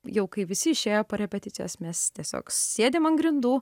jau kai visi išėjo po repeticijos mes tiesiog sėdim ant grindų